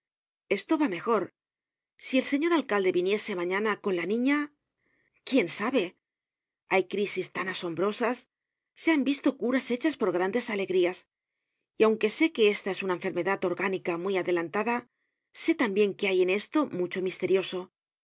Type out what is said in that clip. esto va mejor si el señor alcalde viniese mañana con la niña quién sabe hay crísis tan asombrosas se han visto curas hechas por grandes alegrías y aunque sé que esta es una enfermedad orgánica muy adelantada sé tambien que hay en esto mucho